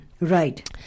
Right